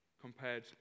compared